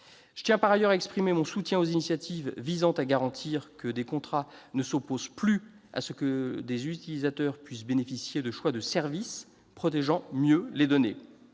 Je tiens par ailleurs à exprimer mon soutien aux initiatives visant à garantir que des contrats ne s'opposent plus à ce que les utilisateurs puissent bénéficier de choix de services protégeant mieux les données.